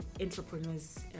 entrepreneurs